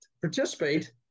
participate